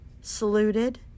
saluted